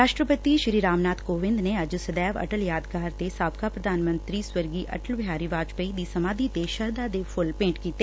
ਰਾਸ਼ਟਰਪਤੀ ਰਾਮ ਨਾਥ ਕੋਵਿੰਦ ਨੇ ਅੱਜ ਸਦੈਵ ਅਟਲ ਯਾਦਗਾਰ ਤੇ ਸਾਬਕਾ ਪ੍ਰਧਾਨ ਮੰਤਰੀ ਸਵਰਗੀ ਅਟਲ ਬਿਹਾਰੀ ਵਾਜਪਾਈ ਦੀ ਸਮਾਧੀ ਤੇ ਸ਼ਰਧਾ ਦੇ ਫੂੱਲ ਭੇਟ ਕੀਤੇ